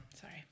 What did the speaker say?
Sorry